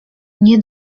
nie